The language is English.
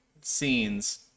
scenes